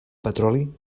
petroli